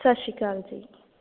ਸਤਿ ਸ਼੍ਰੀ ਅਕਾਲ ਜੀ